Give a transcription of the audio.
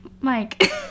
Mike